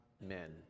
men